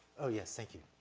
oh yes, thank you.